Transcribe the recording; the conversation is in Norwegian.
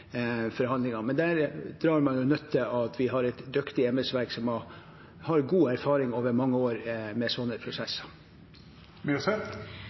forhandlingene. Men der drar man nytte av at vi har et dyktig embetsverk som har god erfaring over mange år med